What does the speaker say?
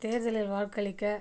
தேர்தலில் வாக்களிக்க